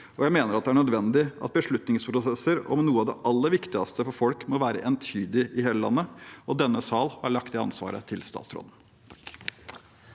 Jeg mener det er nødvendig at beslutningsprosesser om noe av det aller viktigste for folk må være entydige i hele landet, og denne sal har lagt det ansvaret til statsråden.